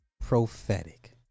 prophetic